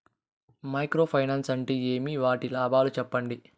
Micro finance అంటే ఏమి? వాటి లాభాలు సెప్పండి?